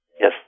Yes